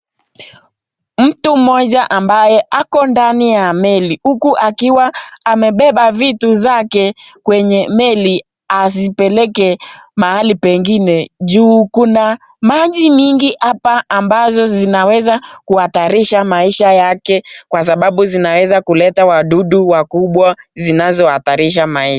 Mtu mmoja ambaye ako ndani ya meli huku akiwa amebeba vitu zake kwenye meli azipeleke mahali pengine juu kuna maji nyingi hapa ambayo inaweza kuhatarisha maisha yake kwa sababu zinaweza kuleta wadudu wakubwa zinazo hatarisha maisha.